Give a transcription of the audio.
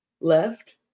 left